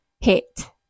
Hit